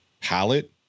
palette